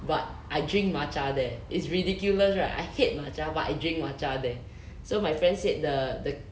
but I drink matcha there it's ridiculous right I hate matcha but I drink matcha there so my friend said the the